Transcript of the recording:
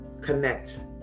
connect